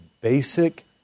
basic